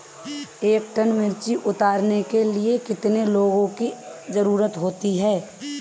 एक टन मिर्ची उतारने में कितने लोगों की ज़रुरत होती है?